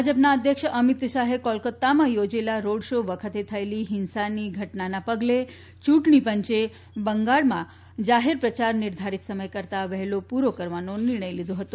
ભાજપના અધ્યક્ષ અમિત શાહે કોલકાતામાં યોજેલા રોડ શો વખતે થયેલી હિંસાની ઘટનાના પગલે ચૂંટણી પંચે બંગાળમાં જાહેર પ્રચાર નિર્ધારિત સમય કરતા વહેલો પૂરો કરવાનો નિર્ણય લીધો હતો